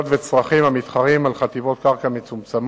עיריית חיפה רוצה לכסות שטחים על גדות הקישון ולהפוך אותם למשטחי אחסון